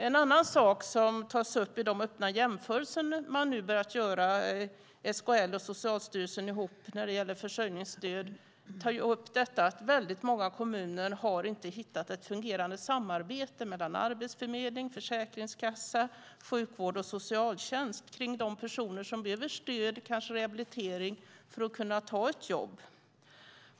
En annan sak som tas upp i de öppna jämförelser SKL och Socialstyrelsen nu har börjat göra ihop när det gäller försörjningsstöd är att väldigt många kommuner inte har hittat ett fungerande samarbete mellan arbetsförmedling, försäkringskassa, sjukvård och socialtjänst kring de personer som behöver stöd och kanske rehabilitering för att kunna ta ett jobb.